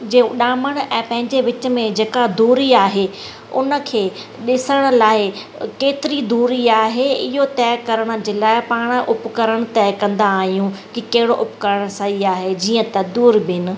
जे उॾामणु ऐं पंहिंजे विच में जेका दूरी आहे उन खे ॾिसण लाइ केतिरी दूरी आहे इहो तय करण जे लाइ पाण उपकरणु तय कंदा आहियूं की कहिड़ो उपकरणु सही आहे जीअं त दूरबिन